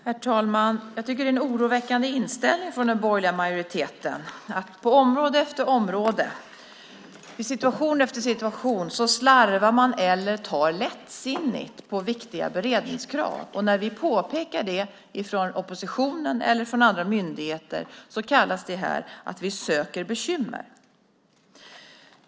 Herr talman! Jag tycker att det är en oroväckande inställning från den borgerliga majoriteten att man på område efter område i situation efter situation slarvar eller tar lättsinnigt på viktiga beredningskrav. När vi påpekar det från oppositionen eller från andra myndigheter kallas det att vi söker bekymmer.